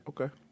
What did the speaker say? Okay